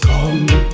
Come